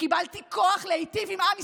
קיבלתי כוח להיטיב עם עם ישראל.